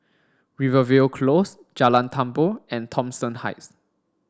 Rivervale Close Jalan Tambur and Thomson Heights